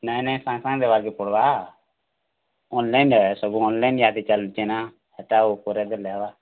ନାଇ ନାଇ ସାଙ୍ଗେସାଙ୍ଗ୍ ଦେବାର୍କେ ପଡ଼୍ବା ଅନ୍ଲାଇନ୍ରେ ଆଏ ହେ ସବୁ ଅନ୍ଲାଇନ୍ ଇହାଦେ ଚାଲିଛେ ନା ହେଟା ଆଉ ପରେ ଦେଲେ ହେବା